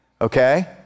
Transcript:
Okay